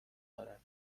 دارد